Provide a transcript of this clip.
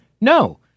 No